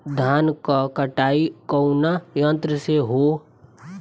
धान क कटाई कउना यंत्र से हो?